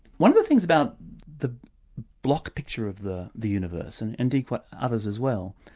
one of the things about the block picture of the the universe, and indeed others as well,